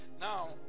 Now